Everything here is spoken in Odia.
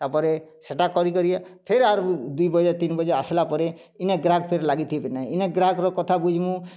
ତା'ର୍ପରେ ସେଟା କରିକରି ଫେର୍ ଆର୍ ଦୁଇ ବଜେ ତିନ୍ ବଜେ ଆସ୍ଲା ପରେ ଇନେ ଗ୍ରାହାକ୍ ଫିର୍ ଲାଗିଥିବେନେ ଇନେ ଗ୍ରାହାକ୍ର କଥା ବୁଝ୍ମୁ